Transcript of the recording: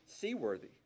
seaworthy